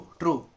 true।